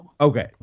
Okay